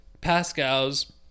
Pascal's